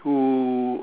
who